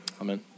amen